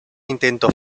intento